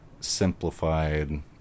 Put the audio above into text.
simplified